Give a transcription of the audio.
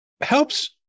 helps